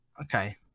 Okay